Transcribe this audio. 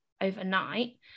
overnight